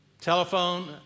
telephone